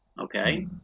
okay